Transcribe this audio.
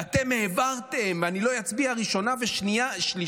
ואתם העברתם: אני לא אצביע ראשונה ושנייה-שלישית,